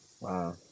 Wow